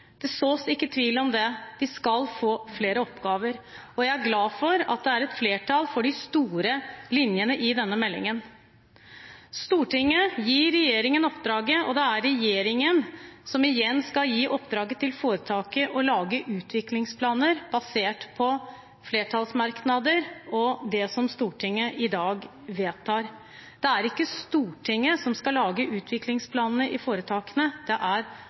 Det sås ikke tvil om det. De skal få flere oppgaver, og jeg er glad for at det er et flertall for de store linjene i denne meldingen. Stortinget gir regjeringen oppdraget, og det er regjeringen som igjen skal gi oppdraget med å lage utviklingsplaner basert på flertallsmerknader og det som Stortinget i dag vedtar, til foretaket. Det er ikke Stortinget som skal lage utviklingsplanene i foretakene – det er